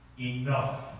Enough